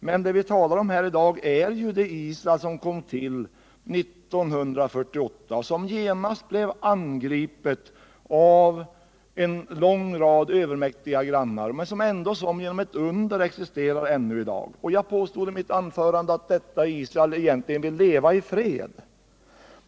Men vad vi talar om här i dag är ju det Israel som kom till 1948 och genast blev angripet av en lång rad övermäktiga grannar men ändå som genom ett under existerar ännu i dag. Jag påstod i mitt anförande att detta Israel bara vill leva i fred.